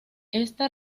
esta